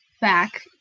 back